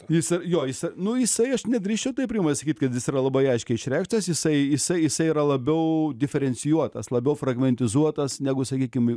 jis jo jis nu jisai aš nedrįsčiau taip rimai sakyt kad jis yra labai aiškiai išreikštas jisai jisai jisai yra labiau diferencijuotas labiau fragmentizuotas negu sakykim